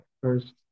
first